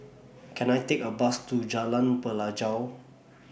Can I Take A Bus to Jalan Pelajau